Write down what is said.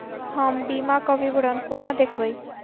हम बीमाक विवरण कोना देखबै?